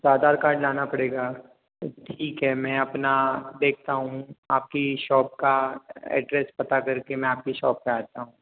अच्छा आधार कार्ड लाना पड़ेगा तो ठीक है मैं अपना देखता हूँ आपकी शॉप का एड्रेस पता करके मैं आपकी शॉप पे आता हूँ